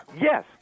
Yes